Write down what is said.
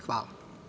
Hvala.